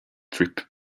trip